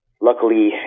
Luckily